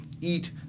eat